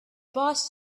boss